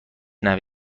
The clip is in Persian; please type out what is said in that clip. نوه